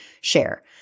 share